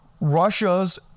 Russia's